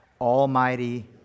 Almighty